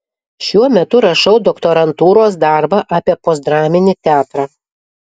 šiuo metu rašau doktorantūros darbą apie postdraminį teatrą